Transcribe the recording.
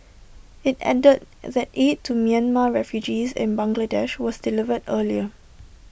IT added that aid to Myanmar refugees in Bangladesh was delivered earlier